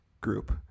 group